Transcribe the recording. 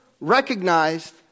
recognized